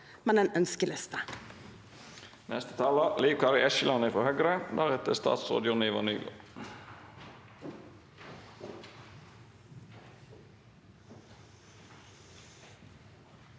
men en ønskeliste.